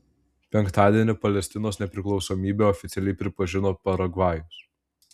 penktadienį palestinos nepriklausomybę oficialiai pripažino paragvajus